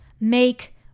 make